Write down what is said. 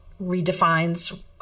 redefines